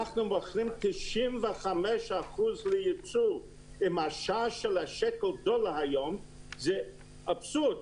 אנחנו מוכרים 95% לייצוא ועם השער של השקל-דולר היום זה אבסורד.